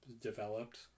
developed